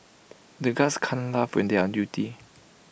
the guards can't laugh when they are on duty